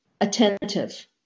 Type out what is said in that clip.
attentive